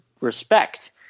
respect